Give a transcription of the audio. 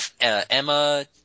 Emma